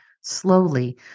slowly